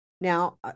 Now